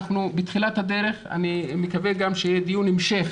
אנחנו בתחילת הדרך ואני מקווה שיהיה גם דיון המשך